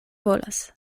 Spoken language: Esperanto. volas